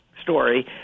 story